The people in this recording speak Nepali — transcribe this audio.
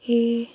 ए